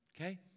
Okay